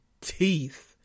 teeth